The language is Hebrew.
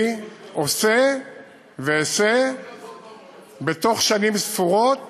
אני עושה ואעשה בתוך שנים ספורות